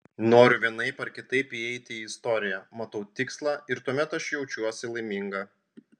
noriu vienaip ar kitaip įeiti į istoriją matau tikslą ir tuomet aš jaučiuosi laiminga